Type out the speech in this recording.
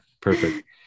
perfect